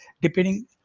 depending